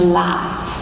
life